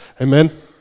amen